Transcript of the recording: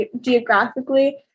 geographically